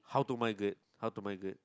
how to migrate how to migrate